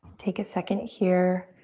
take a second here